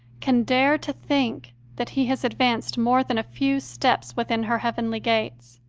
can dare to think that he has advanced more than a few steps within her heavenly gates.